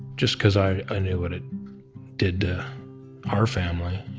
just cause i i knew what it did to our family,